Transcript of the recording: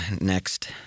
Next